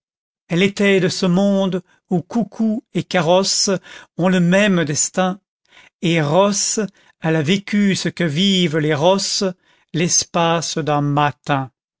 elle était de ce monde où coucous et carrosses ont le même destin et rosse elle a vécu ce que vivent les rosses l'espace d'un mâtin